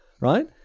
right